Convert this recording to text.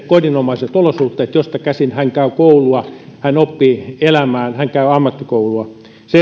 kodinomaiset olosuhteet joista käsin hän käy koulua hän oppii elämään hän käy ammattikoulua